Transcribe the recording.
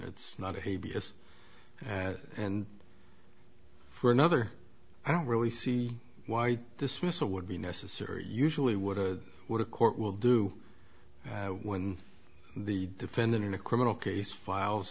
it's not a b s and for another i don't really see why dismissal would be necessary usually with what a court will do when the defendant in a criminal case files